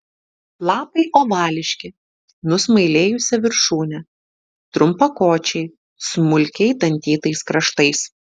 lapai ovališki nusmailėjusia viršūne trumpakočiai smulkiai dantytais kraštais